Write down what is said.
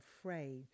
afraid